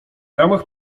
ramach